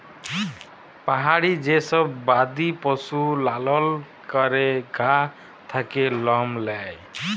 পাহাড়ি যে সব বাদি পশু লালল ক্যরে গা থাক্যে লম লেয়